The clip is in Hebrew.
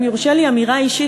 אם תורשה לי אמירה אישית,